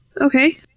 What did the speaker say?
Okay